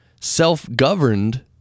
Self-governed